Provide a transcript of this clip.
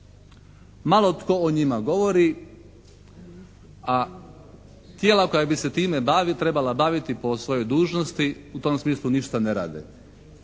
malo tko o njima govori, a tijela koja bi se time trebala baviti po svojoj dužnosti u tom smislu ništa ne rade.